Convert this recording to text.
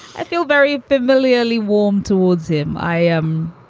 i feel very familiarly warm towards him. i am.